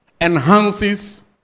enhances